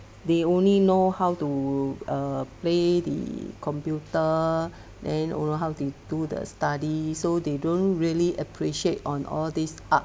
they only know how to uh play the computer then only how to do the study so they don't really appreciate on all these art